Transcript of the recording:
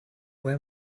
where